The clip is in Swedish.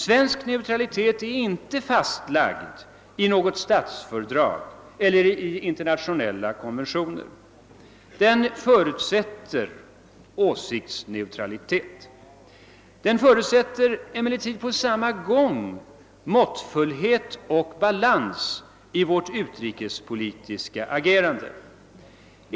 Svensk neutralitet är inte fastlagd i något statsfördrag eller i internationella konventioner. Den förutsätter ej åsiktsneutralitet. Den förutsätter emellertid på samma gång måttfullhet och balans i vårt utrikespolitiska agerande.